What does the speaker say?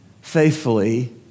faithfully